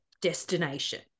destination